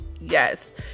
Yes